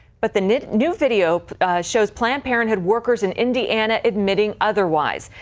but the new new video shows planned parenthood workers in indiana admitting otherwise.